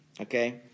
Okay